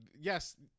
yes